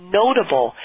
notable